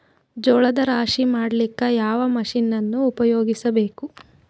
ಜೋಳದ ರಾಶಿ ಮಾಡ್ಲಿಕ್ಕ ಯಾವ ಮಷೀನನ್ನು ಉಪಯೋಗಿಸಬೇಕು?